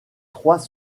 trois